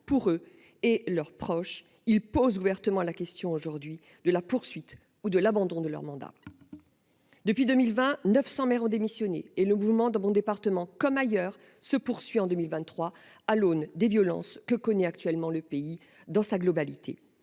pour eux et leurs proches, il pose ouvertement la question aujourd'hui de la poursuite ou de l'abandon de leur mandat. Depuis 2020, 900 maires ont démissionné et le mouvement dans mon département comme ailleurs se poursuit en 2023 à l'aune des violences que connaît actuellement le pays dans sa globalité.